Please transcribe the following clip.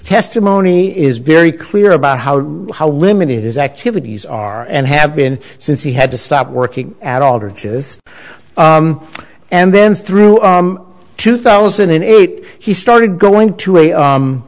testimony is very clear about how how limited his activities are and have been since he had to stop working at all which is and then through two thousand and eight he started going to a